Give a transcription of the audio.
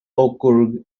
okrug